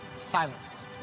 Silence